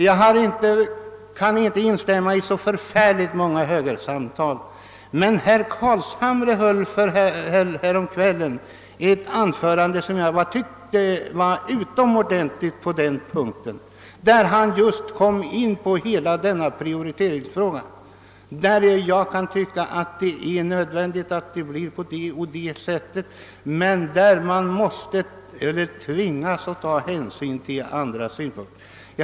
Jag kan inte instämma i så förfärligt många högeruttalanden, men herr Carlshamre höll häromkvällen ett anförande, som jag tyckte var utomordentligt på den punkten. Där kom han just in på hela frågan om prioritering i frågor, där man kan tycka, att det är nödvändigt att göra på det ena eller andra sättet men där man tvingas att ta hänsyn till andra synpunkter.